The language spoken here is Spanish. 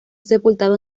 sepultado